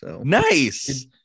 Nice